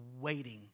waiting